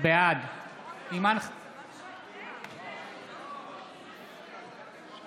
נגד ווליד טאהא, נגד בועז